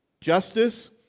Justice